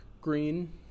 green